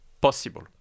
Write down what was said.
possible